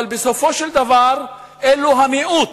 אבל בסופו של דבר אלה המיעוט,